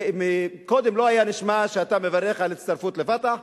קודם לא היה נשמע שאתה מברך על הצטרפות ל"פתח",